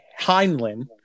Heinlein